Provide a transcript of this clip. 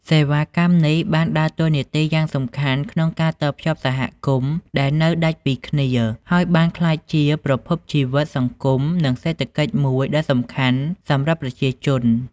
សេវាកម្មនេះបានដើរតួនាទីយ៉ាងសំខាន់ក្នុងការតភ្ជាប់សហគមន៍ដែលនៅដាច់ពីគ្នា ហើយបានក្លាយជាប្រភពជីវិតសង្គមនិងសេដ្ឋកិច្ចមួយដ៏សំខាន់សម្រាប់ប្រជាជន។